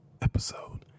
episode